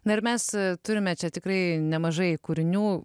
na ir mes turime čia tikrai nemažai kūrinių